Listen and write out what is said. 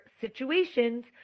situations